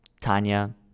tanya